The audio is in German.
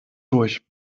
durch